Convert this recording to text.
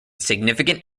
significant